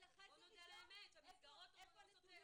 בואו נודה על האמת, שהמסגרות עושות נזק.